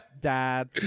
dad